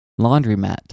laundromat